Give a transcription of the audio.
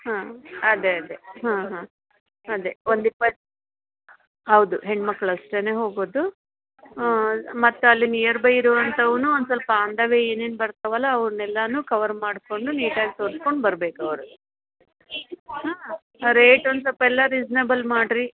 ಹಾಂ ಅದೆ ಅದೆ ಹಾಂ ಹಾಂ ಅದೆ ಒಂದು ಇಪ್ಪತ್ತು ಹೌದು ಹೆಣ್ಮಕ್ಳು ಅಷ್ಟೇ ಹೋಗೋದು ಮತ್ತು ಅಲ್ಲಿ ನಿಯರ್ಬೈ ಇರುವಂಥವನ್ನು ಒಂದು ಸ್ವಲ್ಪ ಆನ್ ದ ವೇ ಏನೇನು ಬರ್ತವಲ್ಲ ಅವ್ನೆಲ್ಲಾನು ಕವರ್ ಮಾಡಿಕೊಂಡು ನೀಟಾಗಿ ತೋರ್ಸ್ಕೊಂಡು ಬರ್ಬೇಕು ಅವ್ರು ರೇಟ್ ಒಂದು ಸ್ವಲ್ಪ ಎಲ್ಲ ರಿಸ್ನೆಬಲ್ ಮಾಡಿರಿ